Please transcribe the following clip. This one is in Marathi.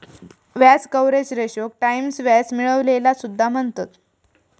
व्याज कव्हरेज रेशोक टाईम्स व्याज मिळविलेला सुद्धा म्हणतत